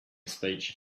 speech